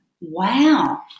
Wow